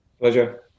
Pleasure